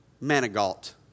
Manigault